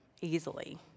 easily